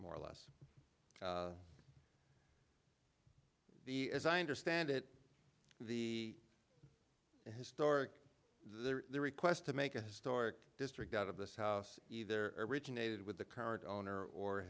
more or less the as i understand it the historic their request to make a historic district out of this house either originated with the current owner or